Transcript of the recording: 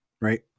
Right